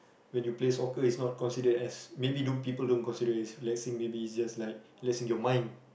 when you play soccer it's not considered as maybe people don't consider as relaxing maybe it's like relaxing your mind